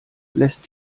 lässt